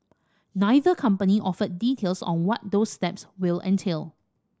neither company offered details on what those steps will entail